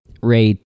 Ray